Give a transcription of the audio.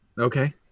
Okay